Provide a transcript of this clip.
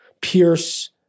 pierce